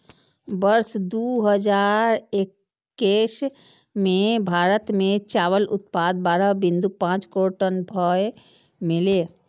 वर्ष दू हजार एक्कैस मे भारत मे चावल उत्पादन बारह बिंदु पांच करोड़ टन भए गेलै